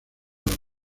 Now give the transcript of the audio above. los